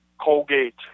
Colgate